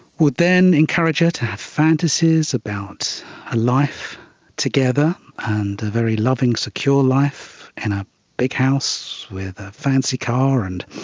would then encourage her to have fantasies about a life together and a very loving, secure life in a big house with a fancy car, and